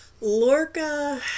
Lorca